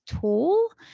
tool